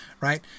right